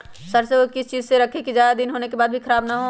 सरसो को किस चीज में रखे की ज्यादा दिन होने के बाद भी ख़राब ना हो?